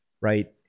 right